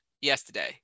yesterday